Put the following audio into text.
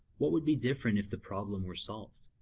what would be different if the problem were solved?